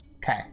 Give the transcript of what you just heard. Okay